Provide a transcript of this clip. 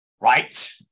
right